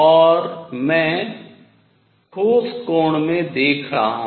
और मैं ठोस कोण में देख रहा हूँ